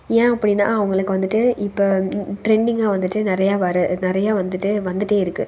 ஏன் அப்படின்னா அவங்களுக்கு வந்துவிட்டு இப்போ டிரெண்டிங்காக வந்துவிட்டு நிறையா வர்ற நிறையா வந்துவிட்டு வந்துகிட்டே இருக்கு